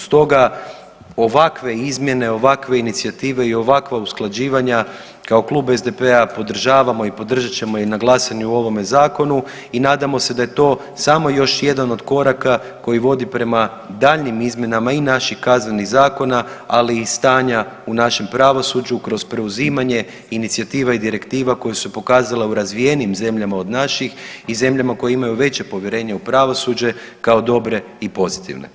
Stoga ovakve izmjene, ovakve inicijative i ovakva usklađivanja, kao Klub SDP-a podržavamo i podržat ćemo i na glasanju o ovome Zakonu i nadamo se da je to samo još jedan od koraka koji vodi prema daljnjim izmjenama i naših kaznenih zakona, ali i stanja u našem pravosuđu kroz preuzimanje inicijativa i direktiva koje su se pokazale u razvijenijim zemljama od naših i zemljama koje imaju veće povjerenje u pravosuđe kao dobre i pozitivne.